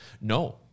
no